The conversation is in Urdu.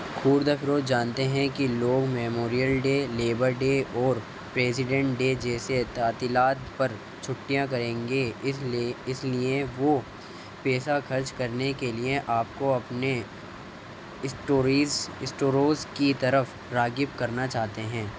خوردہ فروش جانتے ہیں کہ لوگ میموریل ڈے لیبر ڈے اورپریسیڈینٹ ڈے جیسے تعطیلات پر چھٹیاں کریں گے اس لیے اس لیے وہ پیسہ خرچ کرنے کے لیے آپ کو اپنے اسٹوریز اسٹوریز کی طرف راغب کرنا چاہتے ہیں